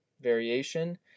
variation